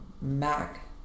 Mac